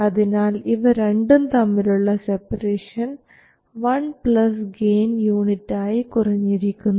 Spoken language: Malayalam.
അതിനാൽ ഇവ രണ്ടും തമ്മിലുള്ള separation one plus gain unit ആയി കുറഞ്ഞിരിക്കുന്നു